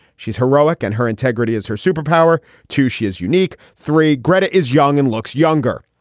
she's heroic and her integrity is her superpower too. she is unique. three gretar is young and looks younger.